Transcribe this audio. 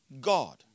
God